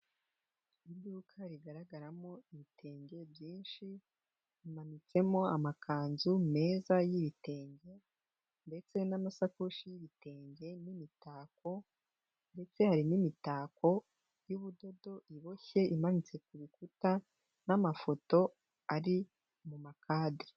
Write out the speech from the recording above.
Iduka rigaragaramo ibitenge byinshi, rimanitsemo amakanzu meza y'ibitenge ndetse n'amasakoshi y'ibitenge n'imitako ndetse hari n'imitako y'ubudodo iboshye imanitse ku rukuta n'amafoto ari mu makadere.